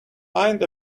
find